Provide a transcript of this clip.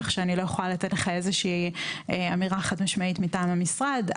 כך שאני לא יכולה לתת לך איזושהי אמירה חד-משמעית מטעם המשרד.